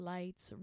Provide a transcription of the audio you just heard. Lights